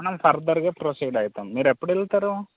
మనం ఫర్దర్గా ప్రొసీడ్ అయితాం మీరు ఎప్పుడు వెళ్తారు